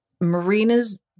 Marina's